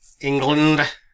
England